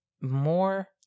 more